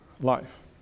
life